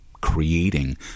creating